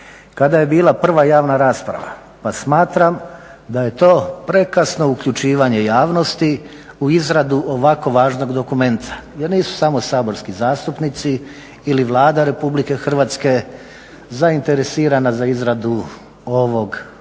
kada je bila prva javna rasprava pa smatram da je to prekasno uključivanje javnosti u izradu ovako važnog dokumenta jer nisu samo saborski zastupnici ili Vlada Republike Hrvatske zainteresirana za izradu ovog prijedloga